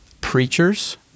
preachers